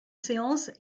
séance